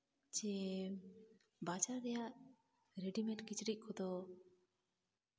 ᱡᱮ ᱵᱟᱡᱟᱨ ᱨᱮᱭᱟᱜ ᱨᱮᱰᱤᱢᱮᱰ ᱠᱤᱪᱨᱤᱪ ᱠᱚᱫᱚ